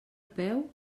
peu